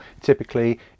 typically